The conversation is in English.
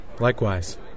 Likewise